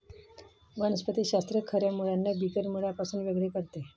वनस्पति शास्त्र खऱ्या मुळांना बिगर मुळांपासून वेगळे करते